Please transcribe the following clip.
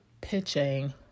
pitching